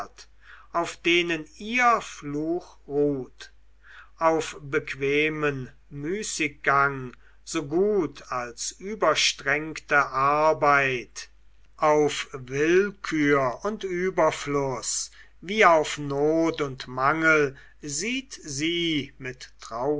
auf denen ihr fluch ruht auf bequemen müßiggang so gut als überstrengte arbeit auf willkür und überfluß wie auf not und mangel sieht sie mit